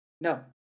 no